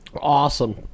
Awesome